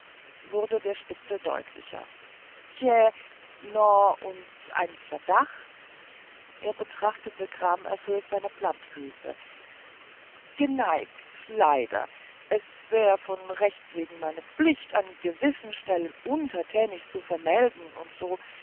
wurde der spitzel deutlicher tje no und ein verdacht er betrachtete gramerfüllt seine plattfüße geniegt leider es wär von rechtswegen meine pflicht an gewisser stelle untertänigs zu vermelden und so